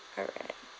alright